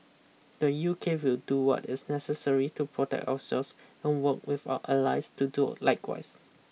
the U K will do what is necessary to protect ourselves and work with our allies to do likewise